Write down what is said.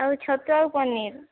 ଆଉ ଛତୁ ଆଉ ପନିର